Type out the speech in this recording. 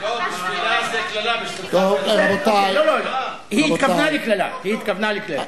לא, בשבילך זו קללה, בשבילה, היא התכוונה לקללה.